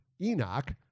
Enoch